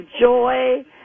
joy